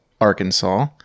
Arkansas